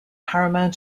paramount